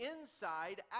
inside